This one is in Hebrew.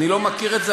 אני לא מכיר את זה,